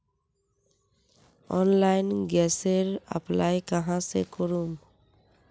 Online गैसेर apply कहाँ से करूम?